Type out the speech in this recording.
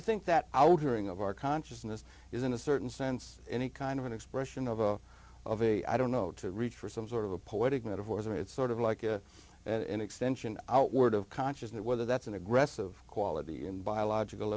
you think that i would ring of our consciousness is in a certain sense any kind of an expression of a of a i don't know to reach for some sort of a poetic metaphors or it's sort of like a an extension outward of consciousness whether that's an aggressive quality in biological